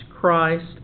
Christ